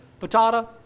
patata